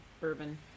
bourbon